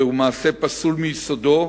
זהו מעשה פסול מיסודו,